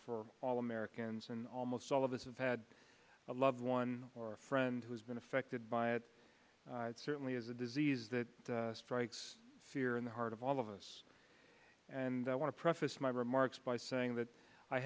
for all americans and almost all of us have had a loved one or a friend who's been affected by it it certainly is a disease that strikes fear in the heart of all of us and i want to preface my remarks by saying that i